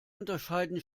unterscheiden